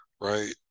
Right